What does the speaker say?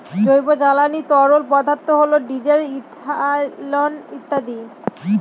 জৈব জ্বালানি তরল পদার্থ হল ডিজেল, ইথানল ইত্যাদি